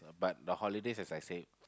but the holidays as I say